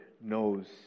knows